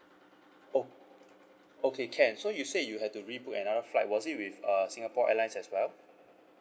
oh okay can so you said you have to rebook another flight was it with uh singapore airlines as well